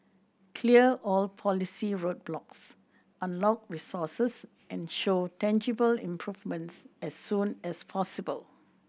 clear all policy roadblocks unlock resources and show tangible improvements as soon as possible